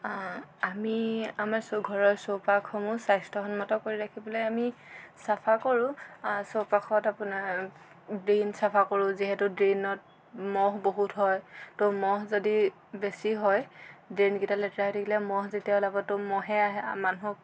আমি আমাৰ চৌ ঘৰৰ চৌপাশসমূহ স্বাস্থ্যসন্মত কৰি ৰাখিবলৈ আমি চফা কৰো চৌপাশত আপোনাৰ ড্ৰে'ন চফা কৰো যিহেতু ড্ৰে'নত মহ বহুত হয় ত' মহ যদি বেছি হয় ড্ৰে'নকেইটা লেতেৰা হৈ থাকিলে মহ তেতিয়া ওলাব ত' মহে মানুহক